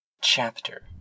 chapter